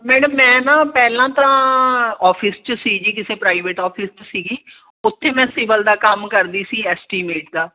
madam ਮੈਂ ਨਾ ਪਹਿਲਾਂ ਤਾਂ ਔਫਿਸ 'ਚ ਸੀਗੀ ਜੀ ਕਿਸੇ ਪ੍ਰਾਈਵੇਟ ਔਫਿਸ ਸੀਗੀ ਉੱਥੇ ਮੈਂ ਸਿਵਲ ਦਾ ਕੰਮ ਕਰਦੀ ਸੀ ਐਸਟੀਮੇਟ ਦਾ